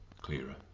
clearer